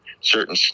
certain